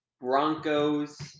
broncos